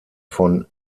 von